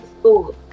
school